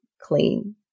clean